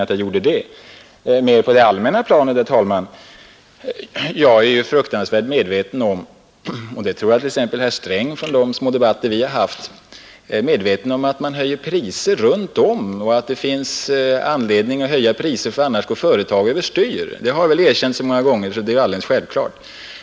På det mera allmänna planet är jag, herr talman, väl medveten om — och det tror jag även t.ex. herr Sträng från de många debatter som vi har haft är på det klara med — att man höjer priserna på de flesta håll på grund av löneökningar och att det finns anledning att göra det, eftersom företag annars går över styr. Detta har väl erkänts så många gånger, att det måste vara alldeles självklart.